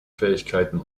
fähigkeiten